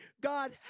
God